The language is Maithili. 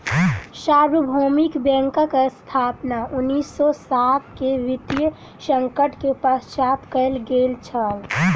सार्वभौमिक बैंकक स्थापना उन्नीस सौ सात के वित्तीय संकट के पश्चात कयल गेल छल